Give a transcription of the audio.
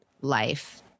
life